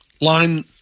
line